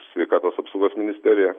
sveikatos apsaugos ministerija